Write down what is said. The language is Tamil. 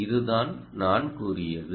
இதுதான் நான் கூறியது